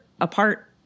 apart